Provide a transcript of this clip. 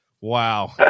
wow